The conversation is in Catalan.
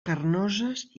carnoses